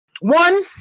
one